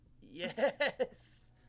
Yes